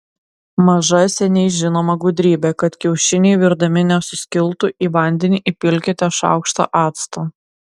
maža seniai žinoma gudrybė kad kiaušiniai virdami nesuskiltų į vandenį įpilkite šaukštą acto